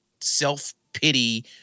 self-pity